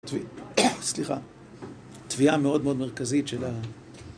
סליחה, תביעה מאוד מאוד מרכזית של ה...